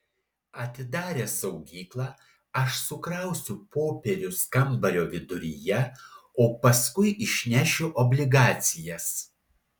atidaręs saugyklą aš sukrausiu popierius kambario viduryje o paskui išnešiu obligacijas